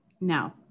no